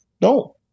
No